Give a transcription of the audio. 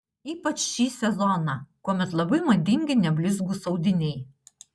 ypač šį sezoną kuomet labai madingi neblizgūs audiniai